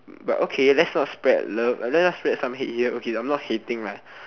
but okay let's not spread love let us spread some hate here okay I'm not hating lah